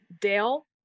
Dale